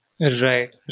Right